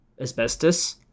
asbestos